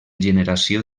generació